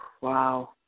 Wow